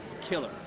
Killer